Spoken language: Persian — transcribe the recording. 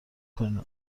کنین